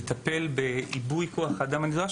לטפל בעיבוי כוח האדם הנדרש,